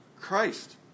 Christ